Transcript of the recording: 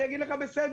אני אגיד לך בסדר,